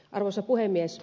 arvoisa puhemies